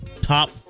top